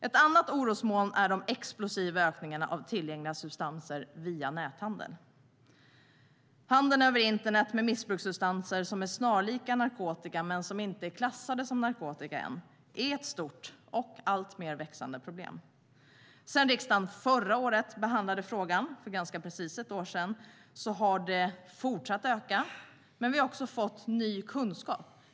Ett annat stort orosmoln är den explosiva ökningen av tillgängliga substanser via näthandel. Handeln över internet med missbrukssubstanser som är snarlika narkotika men ännu inte klassade som det, så kallade nätdroger, är ett stort och alltmer växande problem. Sedan riksdagen behandlade frågan för ganska precis ett år sedan har näthandeln fortsatt att öka, men vi har också fått ny kunskap.